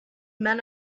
men